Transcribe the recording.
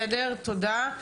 בסדר, תודה.